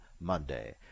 Monday